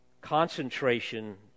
Concentration